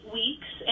weeks